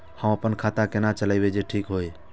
हम अपन खाता केना चलाबी जे ठीक होय?